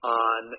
on